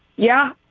yeah,